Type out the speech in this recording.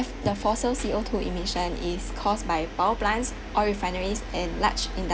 at the fossil C_O two emissions is caused by power plants oil refineries and large